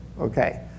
okay